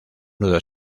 nudo